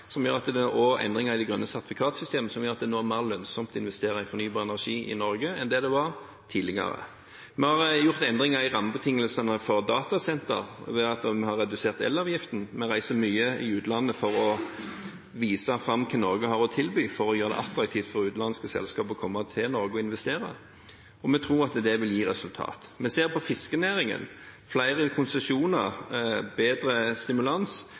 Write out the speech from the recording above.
og endringer i grønt sertifikat-systemet som gjør at det nå er mer lønnsomt å investere i fornybar energi i Norge enn det var tidligere. Vi har også gjort endringer i rammebetingelsene for datasentre ved at vi har redusert elavgiften. Vi reiser mye i utlandet for å vise fram hva Norge har å tilby, for å gjøre det attraktivt for utenlandske selskaper å komme til Norge og investere, og vi tror det vil gi resultater. Vi ser i fiskenæringen at flere konsesjoner og bedre stimulans